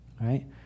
Right